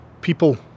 people